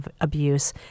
abuse